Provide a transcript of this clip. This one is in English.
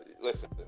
listen